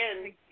again